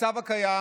המצב הקיים